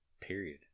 period